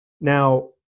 now